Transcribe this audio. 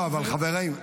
חברים,